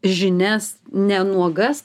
žinias nenuogas